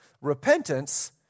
repentance